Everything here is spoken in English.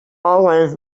always